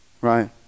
right